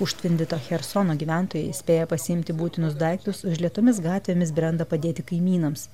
užtvindyto chersono gyventojai spėja pasiimti būtinus daiktus užlietomis gatvėmis brenda padėti kaimynams